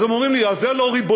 אז הם אומרים לי: אז זה לא ריבונות.